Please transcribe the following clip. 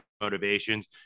motivations